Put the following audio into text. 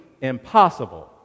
impossible